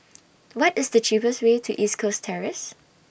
What IS The cheapest Way to East Coast Terrace